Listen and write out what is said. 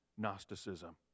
Gnosticism